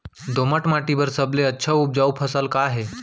दोमट माटी बर सबले अच्छा अऊ उपजाऊ फसल का हे?